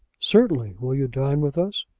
certainly. will you dine with us?